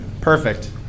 Perfect